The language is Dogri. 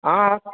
आं हां